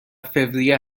فوریه